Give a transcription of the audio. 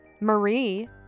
Marie